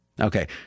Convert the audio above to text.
Okay